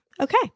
Okay